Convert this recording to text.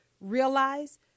realize